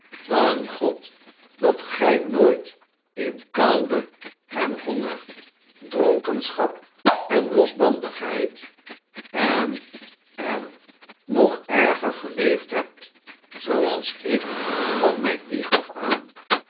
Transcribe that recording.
dank god dat gij nooit in koude en honger dronkenschap en losbandigheid en en nog erger geleefd hebt zooals ik van mijne wieg af aan